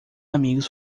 amigos